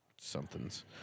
somethings